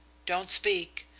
don't speak.